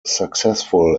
successful